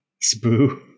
Spoo